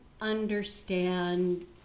understand